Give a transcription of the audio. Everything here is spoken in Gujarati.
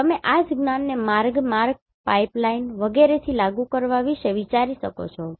તમે આ જ્ જ્ઞાન ને માર્ગ માર્ગ પાઈપલાઈન વગેરેથી લાગુ કરવા વિશે વિચારી શકો છો